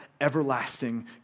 everlasting